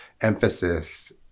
emphasis